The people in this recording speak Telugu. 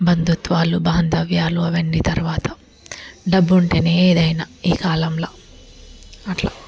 బంధుత్వాలు బాంధవ్యాలు అవన్నీ తర్వాత డబ్బుంటేనే ఏదైనా ఈ కాలంలో అట్లా